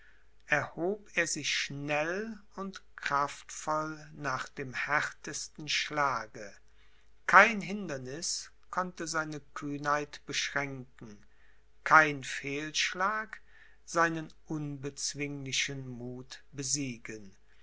erhob er sich schnell und kraftvoll nach dem härtesten schlage kein hinderniß konnte seine kühnheit beschränken kein fehlschlag seinen unbezwinglichen muth besiegen